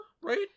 right